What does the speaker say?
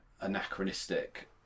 anachronistic